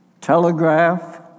telegraph